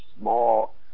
small